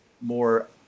more